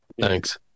Thanks